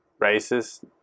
racist